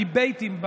הדיבייטים,